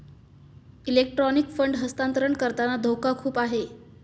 electronic fund हस्तांतरण करताना धोका खूप आहे